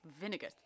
vinegar